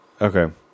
Okay